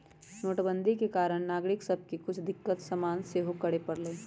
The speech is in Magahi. नोटबन्दि के कारणे नागरिक सभके के कुछ दिक्कत सामना सेहो करए परलइ